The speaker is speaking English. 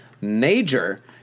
major